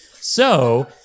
So-